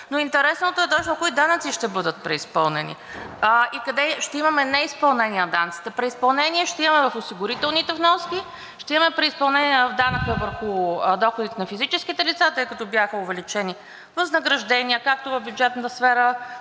но интересното е точно кои данъци ще бъдат преизпълнени и къде ще имаме неизпълнение на данъците. Преизпълнение ще има в осигурителните вноски, ще има преизпълнение в данъка върху доходите на физическите лица, тъй като бяха увеличени възнаграждения както в бюджетната сфера,